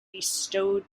bestowed